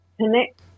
connect